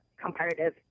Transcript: comparative